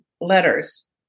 letters